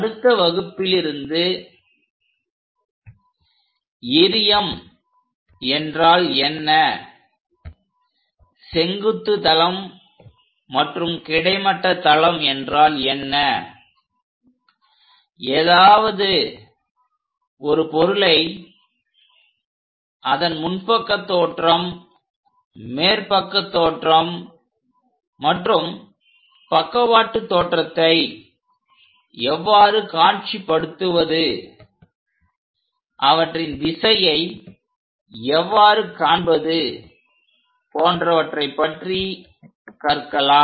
அடுத்த வகுப்பிலிருந்து எறியம் என்றால் என்னசெங்குத்து தளம் மற்றும் கிடைமட்ட தளம் என்றால் என்னஏதாவது ஒரு பொருளை அதன் முன்பக்க தோற்றம் மேற்பக்க தோற்றம் மற்றும் பக்கவாட்டு தோற்றத்தை எவ்வாறு காட்சிப்படுத்துவதுஅவற்றின் திசையை எவ்வாறு காண்பது போன்றவற்றை பற்றி கற்கலாம்